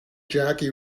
jackie